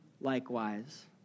likewise